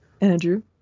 Andrew